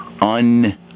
un-